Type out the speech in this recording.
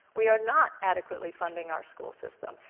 we are not adequately funding our school system.